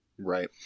Right